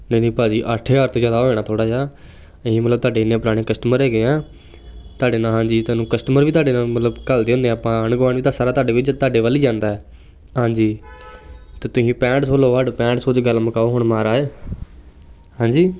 ਨਹੀਂ ਨਹੀਂ ਭਾਅ ਜੀ ਅੱਠ ਹਜ਼ਾਰ ਤਾਂ ਜ਼ਿਆਦਾ ਹੋ ਜਾਣਾ ਥੋੜ੍ਹਾ ਜਿਹਾ ਅਸੀਂ ਮਤਲਬ ਤੁਹਾਡੇ ਇੰਨੇ ਪੁਰਾਣੇ ਕਸਟਮਰ ਹੈਗੇ ਆ ਤੁਹਾਡੇ ਨਾਲ ਹਾਂਜੀ ਤੁਹਾਨੂੰ ਕਸਟਮਰ ਵੀ ਤੁਹਾਡੇ ਨਾਲ ਮਤਲਬ ਘੱਲਦੇ ਹੁੰਦੇ ਹਾਂ ਆਪਾਂ ਗਵਾਂਢ ਵੀ ਤਾਂ ਸਾਰਾ ਤੁਹਾਡੇ ਵਿੱਚ ਤੁਹਾਡੇ ਵੱਲ ਹੀ ਜਾਂਦਾ ਹਾਂਜੀ ਅਤੇ ਤੁਸੀਂ ਪੈਂਹਟ ਸੌ ਲਓ ਪੈਂਹਠ ਸੌ 'ਚ ਗੱਲ ਮੁਕਾਓ ਹੁਣ ਮਹਾਰਾਜ ਹਾਂਜੀ